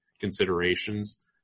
considerations